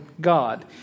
God